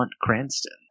Cranston